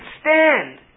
stand